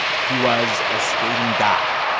he was a skating god.